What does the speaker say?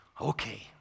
Okay